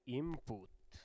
input